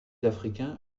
africain